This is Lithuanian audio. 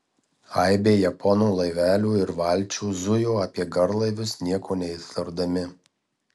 aibė japonų laivelių ir valčių zujo apie garlaivius nieko neįtardami